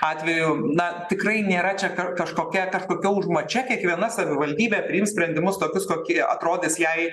atveju na tikrai nėra čia kažkokia kažkokia užmačia kiekviena savivaldybė priims sprendimus tokius kokie atrodys jai